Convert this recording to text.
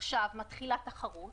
עכשיו מתחילה תחרות